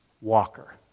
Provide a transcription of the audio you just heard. walker